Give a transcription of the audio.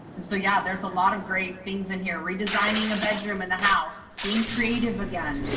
and so, yeah, there's a lot of great things in here. redesigning a bedroom in the house. being creative again,